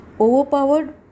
Overpowered